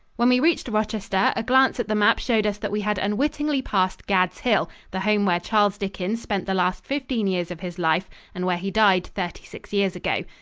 when we reached rochester, a glance at the map showed us that we had unwittingly passed gad's hill, the home where charles dickens spent the last fifteen years of his life and where he died thirty-six years ago.